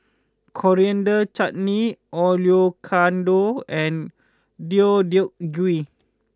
Coriander Chutney Oyakodon and Deodeok Gui